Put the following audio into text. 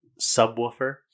subwoofer